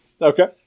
Okay